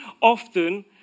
often